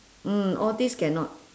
mm all this cannot